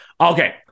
Okay